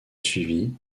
suivi